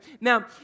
Now